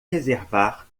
reservar